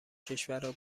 کشورا